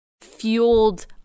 fueled